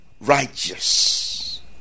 righteous